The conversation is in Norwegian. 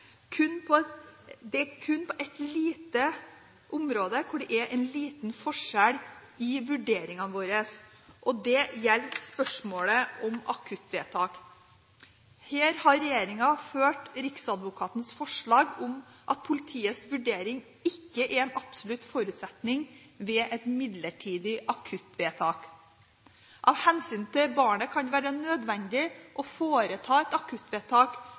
Det er kun på et lite område det er en liten forskjell i vurderingene våre. Det gjelder spørsmålet om akuttvedtak. Her har regjeringen fulgt Riksadvokatens forslag om at politiets vurdering ikke er en absolutt forutsetning ved et midlertidig akuttvedtak. Av hensyn til barnet kan det være nødvendig å foreta et akuttvedtak